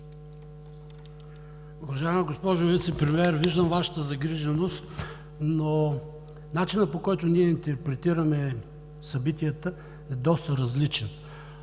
Уважаема госпожо Вицепремиер, виждам Вашата загриженост, но начинът, по който ние интерпретираме събитията, е доста различен.